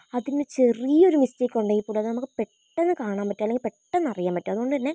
അതിനു ചെറിയൊരു മിസ്റ്റേക്കുണ്ടെങ്കിൽ കൂടി നമുക്ക് പെട്ടെന്ന് കാണാൻ പറ്റും അല്ലെങ്കിൽ പെട്ടെന്നറിയാൻ പറ്റും അതുകൊണ്ടുതന്നെ